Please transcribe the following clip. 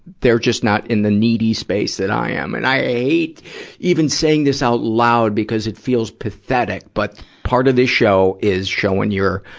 they're just not in the needy space that i am in and i hate even saying this out loud, because it feels pathetic, but part of this show is showing your,